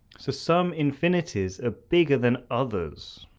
so some infinities are bigger than others.